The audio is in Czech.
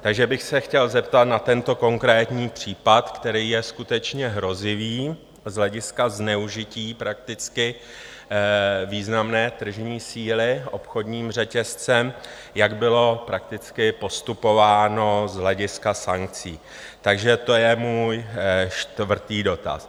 Takže bych se chtěl zeptat na tento konkrétní případ, který je skutečně hrozivý z hlediska zneužití významné tržní síly obchodním řetězcem, jak bylo prakticky postupováno z hlediska sankcí, takže to je můj čtvrtý dotaz.